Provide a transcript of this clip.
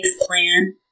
plan